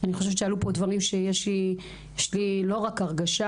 אני חושבת שעלו פה דברים שיש לי לא רק הרגשה